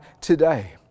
today